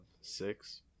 six